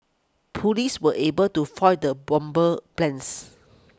police were able to foil the bomber's plans